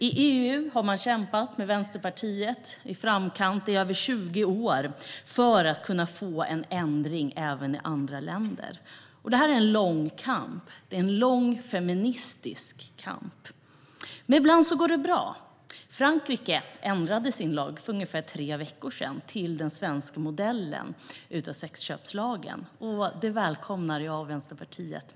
I EU har man kämpat med Vänsterpartiet i framkant i över 20 år för att kunna få en ändring även i andra länder. Det är en lång kamp, en lång, feministisk kamp. Men ibland går det bra. Frankrike ändrade sin lag för ungefär tre veckor sedan till den svenska modellen av sexköpslagen, och det välkomnar jag och Vänsterpartiet.